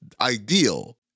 ideal